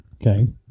Okay